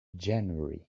january